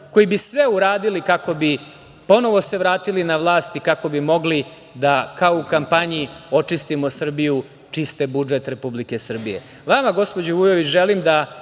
koji bi sve uradili kako bi se vratili na vlast i kako bi mogli kao u kampanji „Očistimo Srbiju“ čiste budžet Republike Srbije. Vama, gospođo Vujović, želim da